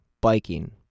biking